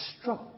struck